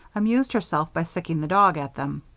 amused herself by sicking the dog at them.